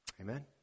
Amen